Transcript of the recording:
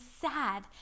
sad